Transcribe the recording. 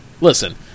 listen